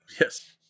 Yes